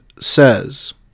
says